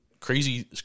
Crazy